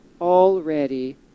already